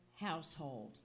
household